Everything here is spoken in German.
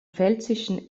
pfälzischen